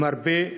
למרפא,